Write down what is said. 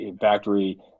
factory